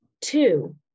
Two